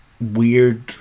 weird